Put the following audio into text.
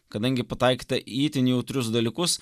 kadangi pataikyta į itin jautrius dalykus